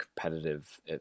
competitive